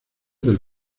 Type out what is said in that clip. del